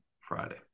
Friday